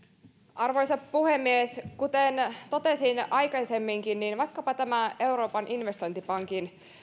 arvoisa puhemies kuten totesin aikaisemminkin vaikkapa tästä euroopan investointipankin